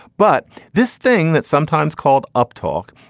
but this thing that sometimes called up talk,